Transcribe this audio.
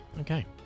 Okay